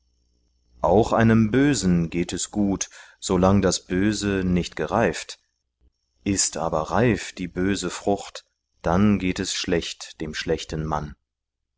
auch einem bösen geht es gut so lang das böse nicht gereift ist aber reif die böse frucht dann geht es schlecht dem schlechten mann